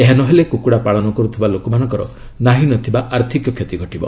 ଏହା ନ ହେଲେ କୁକୁଡ଼ା ପାଳନ କରୁଥିବା ଲୋକମାନଙ୍କର ନାହିଁ ନ ଥିବା ଆର୍ଥିକ କ୍ଷତି ଘଟିବ